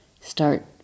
start